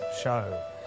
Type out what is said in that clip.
show